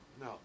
No